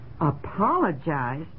Apologize